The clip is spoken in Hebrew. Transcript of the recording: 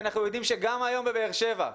אנחנו יודעים שגם היום בבאר שבע,